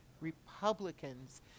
Republicans